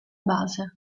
base